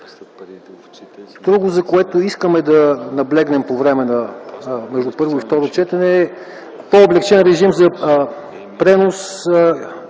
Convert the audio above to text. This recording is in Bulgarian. Друго, за което искаме да наблегнем по времето между първо и второ четене, е по-облекченият режим за пренос